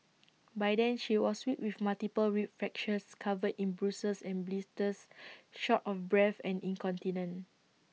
by then she was weak with multiple rib fractures covered in bruises and blisters short of breath and incontinent